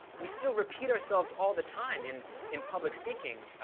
we still repeat ourselves all the time in in public speaking